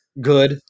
good